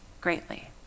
greatly